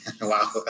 Wow